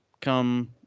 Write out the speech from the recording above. come